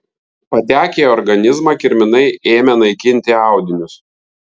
patekę į organizmą kirminai ėmė naikinti audinius